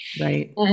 Right